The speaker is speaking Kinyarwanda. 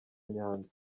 nyanza